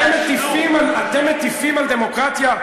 אתם מטיפים לדמוקרטיה?